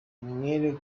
umwere